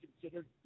considered